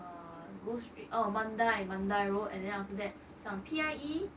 ah ghost street oh mandai mandai road and then after that 上 P_I_E